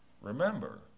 remember